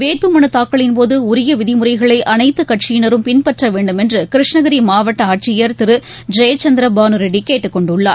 வேட்பு மனு தாக்கலின் போது உரிய விதிமுறைகளை அனைத்து கட்சியினரும் பின்பற்ற வேண்டும் என்று கிருஷ்ணகிரி மாவட்ட ஆட்சியர் திரு ஜெயச்சந்திர பானு ரெட்டி கேட்டுக்கொண்டுள்ளார்